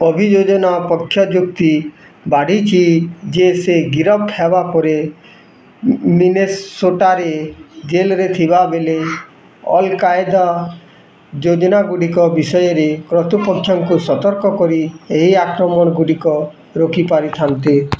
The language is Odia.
ଅଭିଯୋଜନ ପକ୍ଷ ଯୁକ୍ତି ବାଢ଼ିଛି ଯେ ସେ ଗିରଫ ହେବା ପରେ ମିନେସୋଟାରେ ଜେଲ୍ରେ ଥିବା ବେଲେ ଅଲ୍ କାଏଦା ଯୋଜନାଗୁଡ଼ିକ ବିଷୟରେ କର୍ତ୍ତୃପକ୍ଷଙ୍କୁ ସତର୍କ କରି ଏହି ଆକ୍ରମଣଗୁଡ଼ିକ ରୋକିପାରିଥାନ୍ତେ